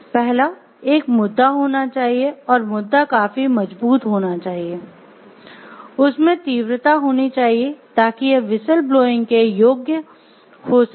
पहला एक मुद्दा होना चाहिए और मुद्दा काफी मजबूत होना चाहिए उसमे तीव्रता होनी चाहिए ताकि यह व्हिसिल ब्लोइंग के योग्य हो सके